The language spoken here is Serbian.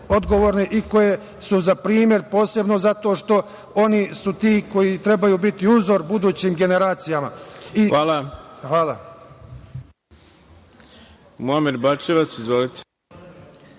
i koje su za primer, posebno zato što oni su ti koji trebaju biti uzor budućim generacijama. **Ivica